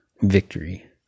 victory